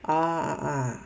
ah ah